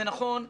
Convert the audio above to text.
זה נכון,